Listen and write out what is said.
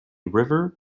river